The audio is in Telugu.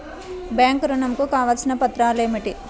బ్యాంక్ ఋణం కు కావలసిన పత్రాలు ఏమిటి?